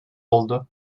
oldu